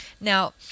Now